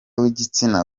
w’igitsina